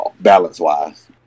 balance-wise